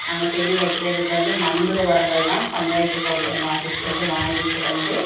நாங்கள் செடி வைக்கிறதுக்கு வந்து மண்புழு உரங்கள் தான் பஞ்சாயத்து போர்ட்லேருந்து ஆஃபீஸ்லேந்து வாங்கிட்டு வந்து